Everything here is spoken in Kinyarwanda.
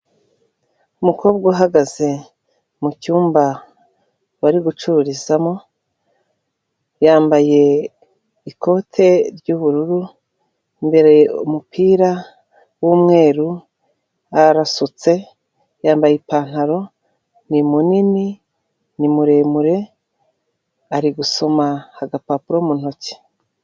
Umukobwa uhagaze mu cyumba bari gucururizamo, yambaye ikote ry'ubururu, imbere umupira w'umweru arasutse yambaye ipantaro ni munini, ni muremure, ari gusoma agapapuro mu ntoki.